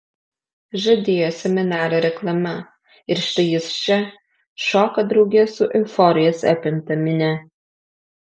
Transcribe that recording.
žadėjo seminaro reklama ir štai jis čia šoka drauge su euforijos apimta minia